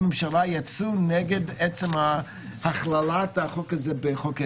ממשלה יצאו נגד עצם הכללת החוק הזה בחוק ההסדרים.